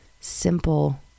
simple